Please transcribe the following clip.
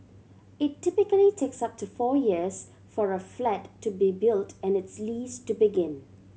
it typically takes up to four years for a flat to be built and its lease to begin